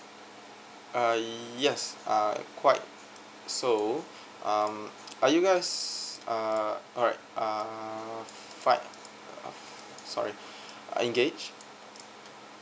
uh yes uh quite so um are you guys uh alright uh fight uh sorry uh engage